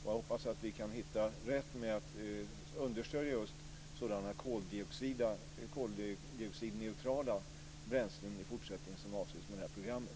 Jag hoppas att vi kan hitta rätt i att understödja just sådana koldioxidneutrala bränslen i fortsättningen som avses med det här programmet.